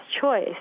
choice